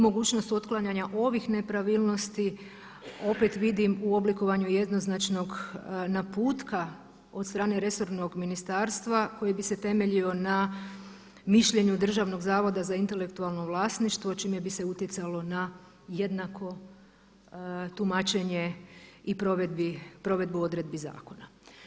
Mogućnost otklanjanja ovih nepravilnosti opet vidim u oblikovanju jednoznačnog naputka od strane resornog ministarstva koji bi se temeljio na mišljenju Državnog zavoda za intelektualno vlasništvo čime bi se utjecalo na jednako tumačenje i provedbu odredbi zakona.